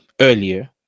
earlier